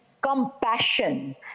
compassion